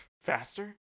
faster